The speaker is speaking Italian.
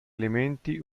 elementi